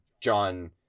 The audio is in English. John